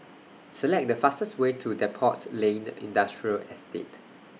Select The fastest Way to Depot Lane Industrial Estate